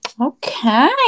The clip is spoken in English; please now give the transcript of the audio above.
Okay